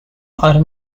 are